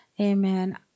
Amen